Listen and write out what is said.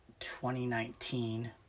2019